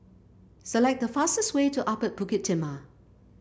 select the fastest way to Upper Bukit Timah